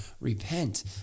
repent